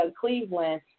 Cleveland